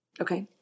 Okay